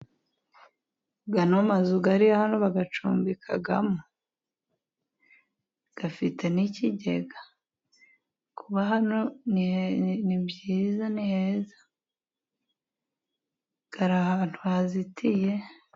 Ano mazu ari hano bayacumbikamo. Afite n'ikigega. Kuba hano ni byiza, ni heza. Ari ahantu hazitiye,..